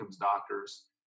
doctors